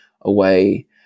away